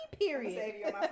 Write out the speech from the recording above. period